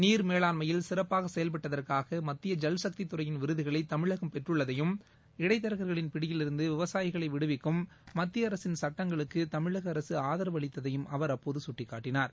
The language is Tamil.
நீர் மேலாண்மையில் சிறப்பாக செயல்பட்டதற்காக மத்திய ஜல் சக்தி துறையின் விருதுகளை தமிழகம் பெற்றுள்ளதையும் இடைத்தரகர்களின் பிடியிலிருந்து விவசாயிகளை விடுவிக்கும் மத்திய அரசின் சட்டங்களுக்கு தமிழக அரக ஆதரவு அளித்ததையும் அவர் அப்போது கட்டிக்காட்டினார்